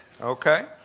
Okay